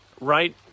right